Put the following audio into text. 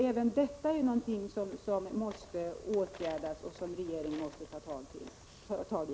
Även detta är någonting som regeringen måste ta tag i.